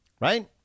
right